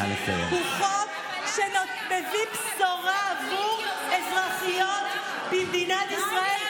הוא חוק שמביא בשורה עבור אזרחיות במדינת ישראל,